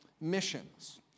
Missions